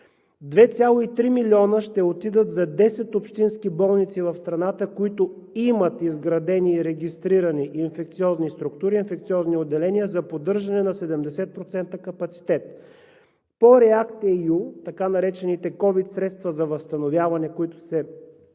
2,3 милиона ще отидат за 10 общински болници в страната, които имат изградени и регистрирани инфекциозни структури – инфекциозни отделения, за поддържане на 70% капацитет. По REACT-EU – така наречените COVID средства за възстановяване, които ще се използват